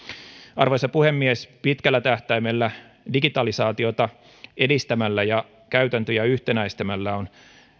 arvoisa puhemies pitkällä tähtäimellä digitalisaatiota edistämällä ja käytäntöjä yhtenäistämällä on